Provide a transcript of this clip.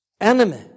enemy